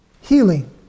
Healing